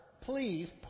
please